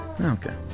Okay